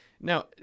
Now